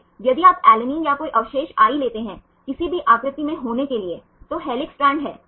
और अगर आप इस पूर्ण मोड़ पर गौर करते हैं तो आप देख सकते हैं कि यह 6 54 one एक मोड़ में है